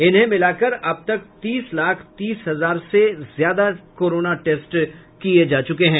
इन्हें मिलाकर अब तक तीस लाख तीस हजार से ज्यादा टेस्ट किये जा चुके हैं